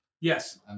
Yes